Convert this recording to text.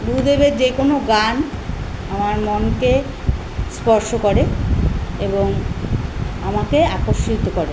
গুরুদেবের যে কোনো গান আমার মনকে স্পর্শ করে এবং আমাকে আকর্ষিত করে